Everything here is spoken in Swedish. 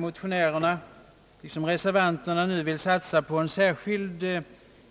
Motionärerna liksom reservanterna vill nu satsa på en särskild och